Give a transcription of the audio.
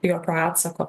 jokio atsako